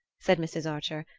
said mrs. archer,